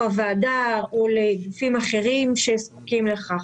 ראש הוועדה ולגופים אחרים שזקוקים לכך.